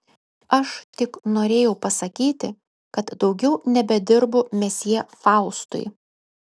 aš tik norėjau pasakyti kad daugiau nebedirbu mesjė faustui